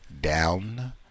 down